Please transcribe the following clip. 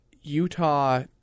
Utah